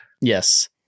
Yes